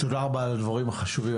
תודה רבה על הדברים החשובים,